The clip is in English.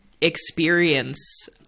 experience